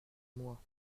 moi